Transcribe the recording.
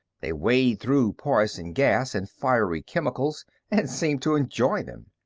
they wade through poison gas and fiery chemicals and seem to enjoy them.